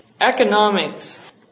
Economics